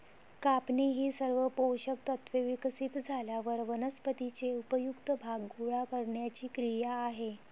कापणी ही सर्व पोषक तत्त्वे विकसित झाल्यावर वनस्पतीचे उपयुक्त भाग गोळा करण्याची क्रिया आहे